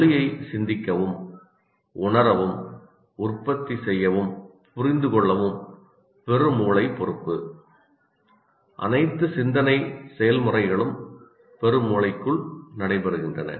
மொழியை சிந்திக்கவும் உணரவும் உற்பத்தி செய்யவும் புரிந்துகொள்ளவும் பெருமூளை பொறுப்பு அனைத்து சிந்தனை செயல்முறைகளும் பெருமூளைக்குள் நடைபெறுகின்றன